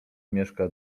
mieszka